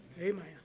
Amen